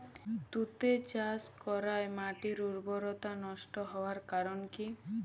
তুতে চাষ করাই মাটির উর্বরতা নষ্ট হওয়ার কারণ কি?